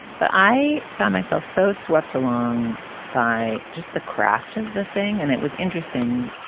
but i found myself so swept along by just the craft of the thing. and it was interesting,